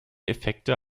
effekte